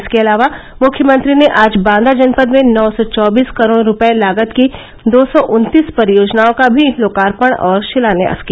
इसके अलावा मुख्यमंत्री ने आज बांदा जनपद में नौ सौ चौबीस करोड़ रूपये लागत की दो सौ उन्तीस परियोजनाओं का भी लोकार्पण और शिलान्यास किया